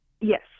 Yes